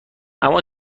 اما